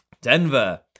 Denver